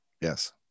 Yes